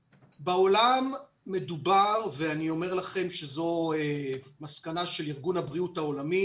בעולם מדובר ואני אומר לכם שזאת מסקנה של ארגון הבריאות העולמי